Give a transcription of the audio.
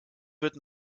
wird